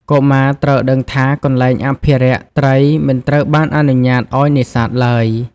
កុមារត្រូវដឹងថា កន្លែងអភិរក្ស ត្រីមិនត្រូវបានអនុញ្ញាតឱ្យនេសាទឡើយ។